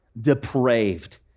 depraved